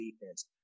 defense